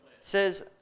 says